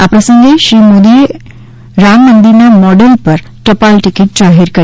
આ પ્રસંગે શ્રી મોદીએ આ પ્રસંગે રામ મંદિરના મોડેલ પર ટપાલ ટિકિટ જાહેર કરી